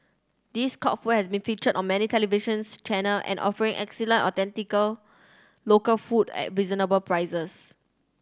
this court food has been featured on many televisions channel and offering excellent authentic local food at reasonable prices